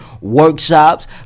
workshops